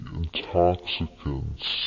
intoxicants